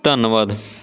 ਧੰਨਵਾਦ